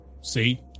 See